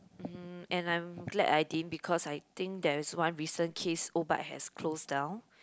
mm and I'm glad I didn't because I think there is one recent case O-Bike has close down